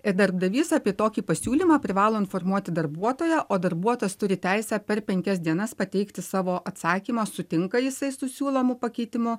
ir darbdavys apie tokį pasiūlymą privalo informuoti darbuotoją o darbuotojas turi teisę per penkias dienas pateikti savo atsakymą sutinka jisai su siūlomu pakeitimu